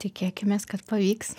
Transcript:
tikėkimės kad pavyks